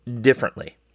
differently